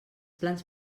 plans